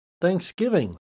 Thanksgiving